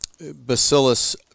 bacillus